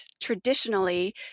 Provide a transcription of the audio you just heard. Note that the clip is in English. traditionally